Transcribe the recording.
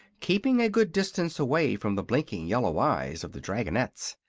keeping a good distance away from the blinking yellow eyes of the dragonettes,